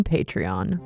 Patreon